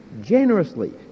generously